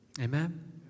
Amen